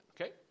okay